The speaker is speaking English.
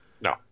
No